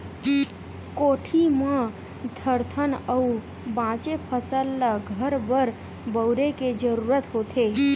कोठी म धरथन अउ बाचे फसल ल घर बर बउरे के जरूरत होथे